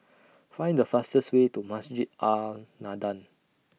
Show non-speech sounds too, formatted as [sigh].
[noise] Find The fastest Way to Masjid An Nahdhah